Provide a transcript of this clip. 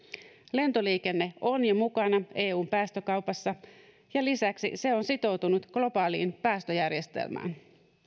lentoliikenne on jo mukana eun päästökaupassa ja lisäksi se on sitoutunut globaaliin päästöjärjestelmään